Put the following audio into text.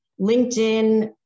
LinkedIn